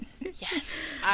yes